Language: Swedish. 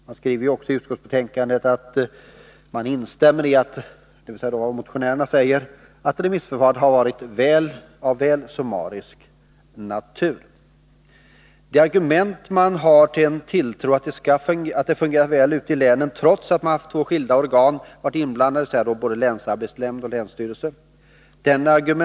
Man skriver också i betänkandet att man instämmer i vad motionärerna säger, att remissförfarandet har varit av väl summarisk natur. Som stöd för sina förhoppningar anför man att det har fungerat väl ute i länen trots att två skilda organ har varit inblandade, dvs. länsarbetsnämnd och länsstyrelse.